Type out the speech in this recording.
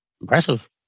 impressive